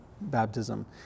baptism